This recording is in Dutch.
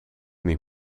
niet